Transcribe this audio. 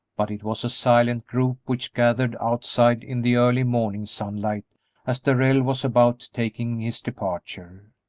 but it was a silent group which gathered outside in the early morning sunlight as darrell was about taking his departure.